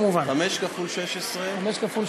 כנסת נכבדה,